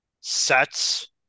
sets